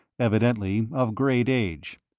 evidently of great age.